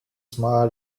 smile